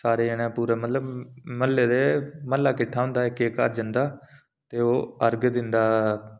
सारे जने मतलब म्हल्ले दे म्हल्ला किट्ठा होंदा इक इक घर जंदा